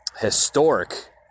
historic